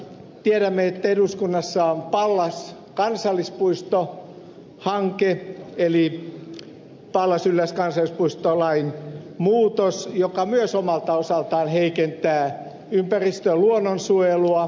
tiedämme että eduskunnassa on pallas kansallispuistohanke eli pallas ylläs kansallispuistolain muutos joka myös omalta osaltaan heikentää ympäristön luonnonsuojelua